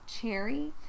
Cherry